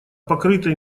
покрытой